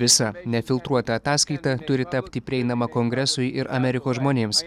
visa nefiltruota ataskaita turi tapti prieinama kongresui ir amerikos žmonėms